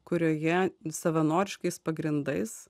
kurioje savanoriškais pagrindais